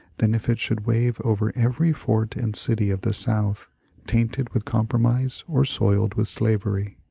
than if it should wave over every fort and city of the south tainted with com promise or soiled with slavery.